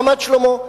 רמת-שלמה,